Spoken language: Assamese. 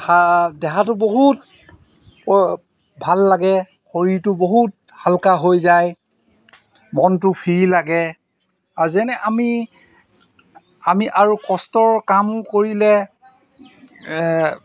দেহাটো বহুত ভাল লাগে শৰীৰটো বহুত হালকা হৈ যায় মনটো ফ্ৰী লাগে আৰু যেনে আমি আমি আৰু কষ্টৰ কামো কৰিলে